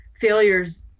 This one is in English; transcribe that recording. failures